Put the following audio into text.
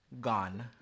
Gone